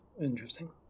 Interesting